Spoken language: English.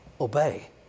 obey